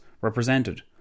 represented